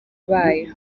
bayo